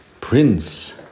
Prince